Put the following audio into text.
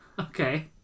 Okay